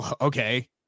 okay